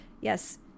yes